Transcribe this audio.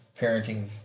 parenting